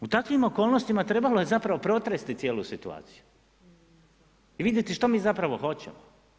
U takvim okolnostima trebalo je zapravo protresti cijelu situaciju i vidjeti što mi zapravo hoćemo.